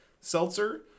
seltzer